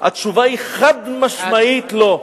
התשובה היא חד-משמעית לא.